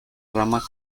rama